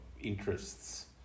interests